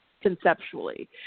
conceptually